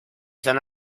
san